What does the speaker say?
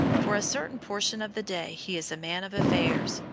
for a certain portion of the day he is a man of affairs.